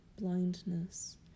blindness